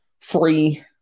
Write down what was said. free